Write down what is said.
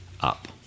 Up